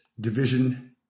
Division